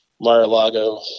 Mar-a-Lago